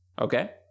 Okay